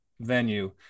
venue